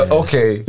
okay